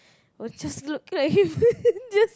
just look like him just